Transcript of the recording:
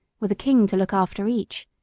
with a king to look after each,